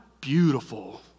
beautiful